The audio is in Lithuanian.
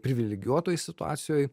privilegijuotoj situacijoj